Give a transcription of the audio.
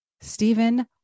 Stephen